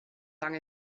lang